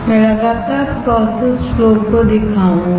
मैं लगातार process flow दिखाऊंगा